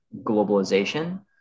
globalization